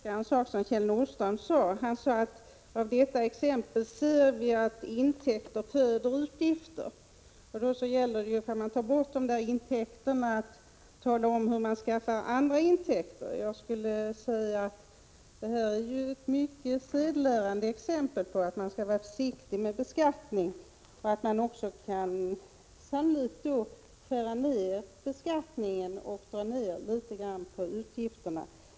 Herr talman! Kjell Nordström sade att vi av detta exempel ser att intäkter föder utgifter. Om man tar bort intäkter gäller det att tala om hur man skall skaffa andra intäkter. Jag skulle vilja säga att det här är ett mycket sedelärande exempel på att man skall vara försiktig med beskattning. Man kan sannolikt skära ned beskattningen och dra ned litet grand på utgifterna.